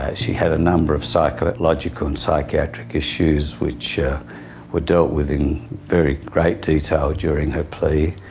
ah she had a number of psychological and psychiatric issues which were dealt with in very great detail during her plea.